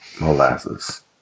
molasses